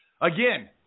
Again